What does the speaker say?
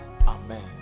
Amen